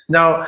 Now